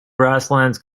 grasslands